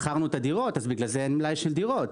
מכרנו את הדירות ולכן אין מלאי של דירות.